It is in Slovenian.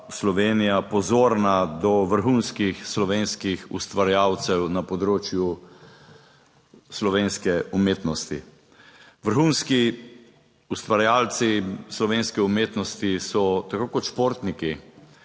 Slovenija pozorna do vrhunskih slovenskih ustvarjalcev na področju slovenske umetnosti. Vrhunski ustvarjalci slovenske umetnosti so, tako kot športniki,